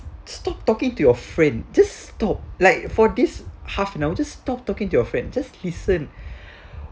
stop talking to your friend just stop like for this half an hour just stop talking to your friend just listen